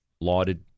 lauded